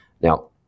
Now